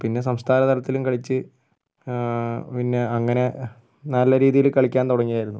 പിന്നെ സംസ്ഥാന തലത്തിലും കളിച്ച് പിന്നെ അങ്ങനെ നല്ല രീതിയില് കളിക്കാൻ തുടങ്ങിയായിരുന്നു